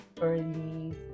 early